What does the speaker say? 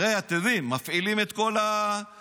הרי אתם יודעים, מפעילים את כל העמותות.